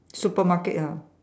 supermarket ah